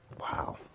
wow